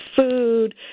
food